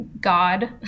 god